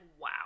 wow